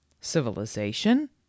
Civilization